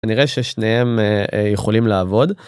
נראה ששניהם יכולים לעבוד.